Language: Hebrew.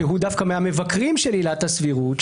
שהוא דווקא מהמבקרים של עילת הסבירות,